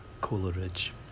Coleridge